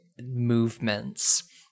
movements